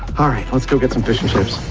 alright let's go get some fish-n-chips.